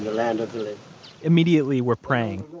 land of the living immediately we're praying,